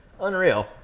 unreal